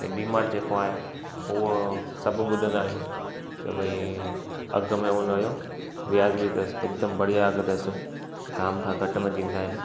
V Mart जेको आहे उहो सभु ॿुधंदा आहिनि के भई अघ में हुनजो व्याज बि अथसि हिकदमि बढ़िया अघु अथसि काम खां घटि में ॾींदा आहिनि